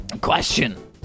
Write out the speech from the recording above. question